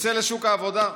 יוצא לשוק העבודה.